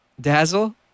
Dazzle